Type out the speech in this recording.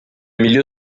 milieu